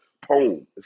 poem